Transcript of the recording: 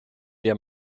der